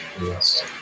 yes